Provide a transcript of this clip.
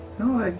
no,